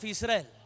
Israel